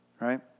right